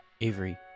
Avery